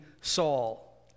Saul